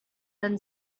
then